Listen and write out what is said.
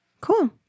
Cool